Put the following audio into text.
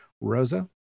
Rosa